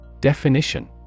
Definition